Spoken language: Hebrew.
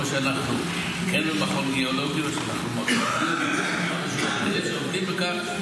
או שאנחנו כן במכון גיאולוגי --- אלה שעובדים בכך,